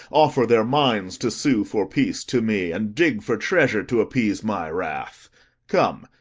offer their mines, to sue for peace, to me, and dig for treasure to appease my wrath come,